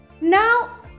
Now